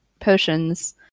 potions